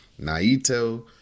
Naito